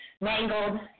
mangled